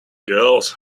girls